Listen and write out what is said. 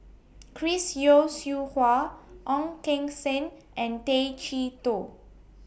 Chris Yeo Siew Hua Ong Keng Sen and Tay Chee Toh